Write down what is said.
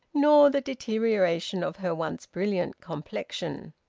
nor the deterioration of her once brilliant complexion.